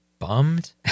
bummed